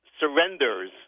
surrenders